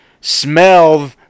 smell